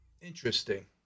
interesting